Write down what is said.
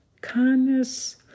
kindness